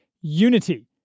unity